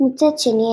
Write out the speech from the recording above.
מצד שני,